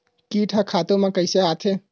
कीट ह खातु म कइसे आथे?